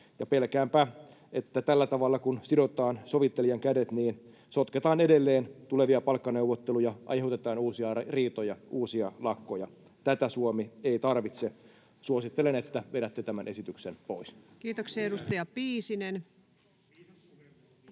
pelkäänpä, että kun tällä tavalla sidotaan sovittelijan kädet, sotketaan edelleen tulevia palkkaneuvotteluja, aiheutetaan uusia riitoja ja uusia lakkoja. Tätä Suomi ei tarvitse. Suosittelen, että vedätte tämän esityksen pois. [Speech 33] Speaker: Ensimmäinen